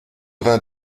vingt